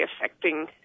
affecting